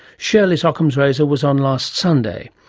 shirley's ockham's razor was on last sunday,